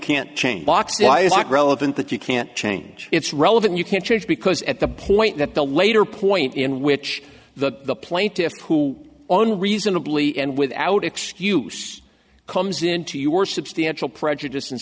it relevant that you can't change it's relevant you can't change because at the point that the later point in which the plaintiffs who own reasonably and without excuse comes into your substantial prejudice and